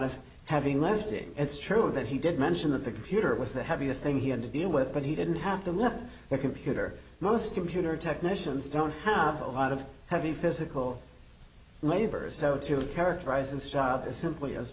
of having left it it's true that he did mention that the computer was the heaviest thing he had to deal with but he didn't have to look at the computer most computer technicians don't have a lot of heavy physical labor so to characterize and stop as simply as